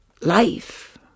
life